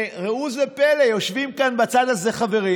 וראו זה פלא: יושבים כאן בצד הזה חברים